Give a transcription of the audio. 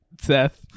Seth